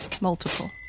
Multiple